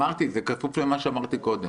זה כפוף למה שאמרתי קודם.